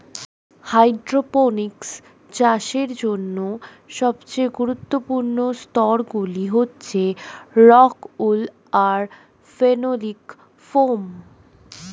hydroponics চাষের জন্য সবচেয়ে গুরুত্বপূর্ণ স্তরগুলি হচ্ছে রক্ উল আর ফেনোলিক ফোম